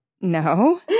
no